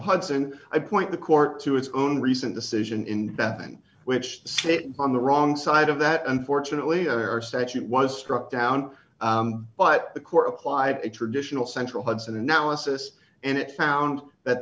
hudson i point the court to its own recent decision investment which sit on the wrong side of that unfortunately our statute was struck down but the court applied a traditional central hudson analysis and it found that